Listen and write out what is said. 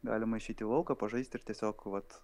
galima išeiti į lauką pažaisti ir tiesiog vat